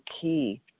key